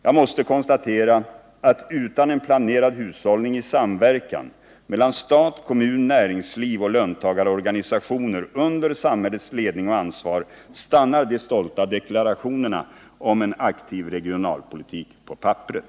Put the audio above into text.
Jag måste konstatera att utan en planerad hushållning, i samverkan mellan stat, kommun, näringsliv och löntagarorganisationer under samhällets ledning och ansvar stannar de stolta deklarationerna om en aktiv regionalpolitik på papperet.